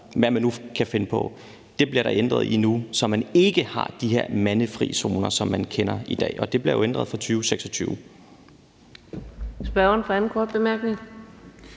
Det bliver ændret nu, så man ikke har de her mandefri zoner, som man kender i dag, og det bliver jo ændret fra 2026. Kl. 14:48 Anden næstformand